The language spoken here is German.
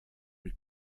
mich